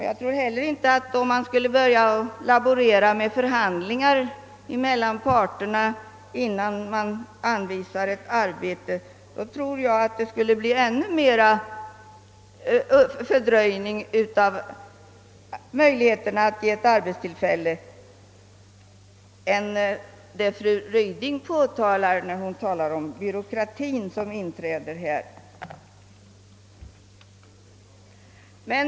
Jag tror därför att det, om man började laborera med förhandlingar mellan parterna innan man anvisar ett arbete, skulle bli en ännu större fördröjning än den fru Ryding påtalar när hon yttrar sig om den byråkrati som skulle vara i verksamhet.